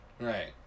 Right